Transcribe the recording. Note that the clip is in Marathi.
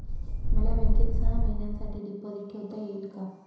मला बँकेत सहा महिन्यांसाठी डिपॉझिट ठेवता येईल का?